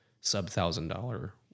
sub-thousand-dollar